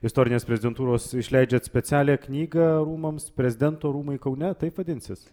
istorinės prezidentūros išleidžiat specialią knygą rūmams prezidento rūmai kaune taip vadinsis